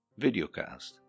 videocast